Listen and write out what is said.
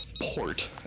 Port